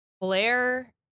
Blair